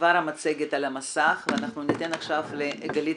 המצגת כבר על המסך ואנחנו ניתן עכשיו לגלית